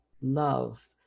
love